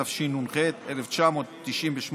התשנ"ח 1998,